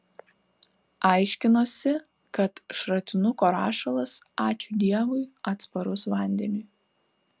aiškinosi kad šratinuko rašalas ačiū dievui atsparus vandeniui